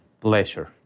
pleasure